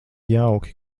jauki